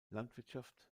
landwirtschaft